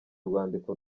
urwandiko